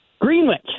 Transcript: Greenwich